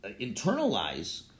internalize